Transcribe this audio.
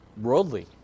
worldly